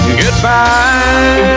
goodbye